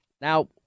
Now